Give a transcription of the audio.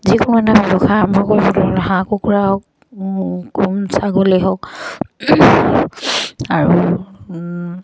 যিকোনো এটা ব্যৱসায় আৰম্ভ কৰিব ল'লে হাঁহ কুকুৰা হওক গৰু ছাগলী হওক আৰু